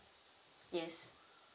yes